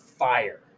Fire